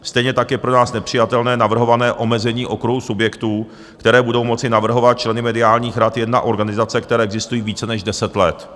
Stejně tak je pro nás nepřijatelné navrhované omezení okruhu subjektů, které budou moci navrhovat členy mediálních rad, jedna organizace, které existují více než deset let.